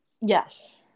Yes